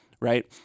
right